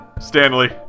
Stanley